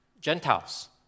Gentiles